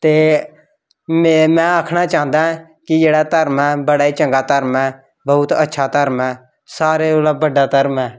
ते में में आखना चांह्दा ऐं कि जेह्ड़ा धरम ऐ बड़ा गै चंगा धरम ऐ बोह्त अच्छा धरम ऐ सारें कोला बड्डा धरम ऐ